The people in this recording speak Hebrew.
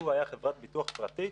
לו היה חברת ביטוח פרטית,